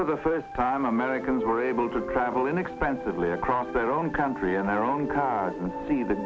for the first time americans were able to travel inexpensively across their own country and their own cars see the